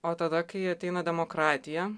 o tada kai ateina demokratija